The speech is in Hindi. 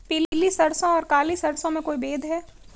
पीली सरसों और काली सरसों में कोई भेद है?